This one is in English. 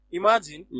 Imagine